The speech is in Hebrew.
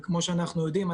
וכמו שאנחנו יודעים,